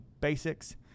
basics